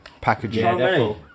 packaging